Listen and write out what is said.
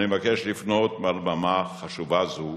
אני מבקש לפנות מעל במה חשובה זו